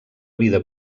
vida